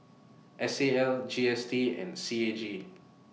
S A L G S T and C A G